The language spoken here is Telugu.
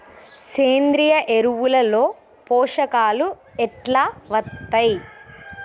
సేంద్రీయ ఎరువుల లో పోషకాలు ఎట్లా వత్తయ్?